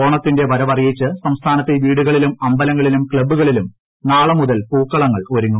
ഓണത്തിന്റെ വരവറിയിച്ച് സംസ്ഥാനത്തെ വീടുകളിലും അമ്പലങ്ങളിലും ക്ലബ്ബുകളിലും നാളെ മുതൽ പൂക്കളങ്ങൾ ഒരുങ്ങും